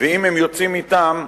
ואם הם יוצאים אתם,